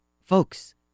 Folks